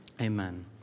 Amen